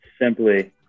simply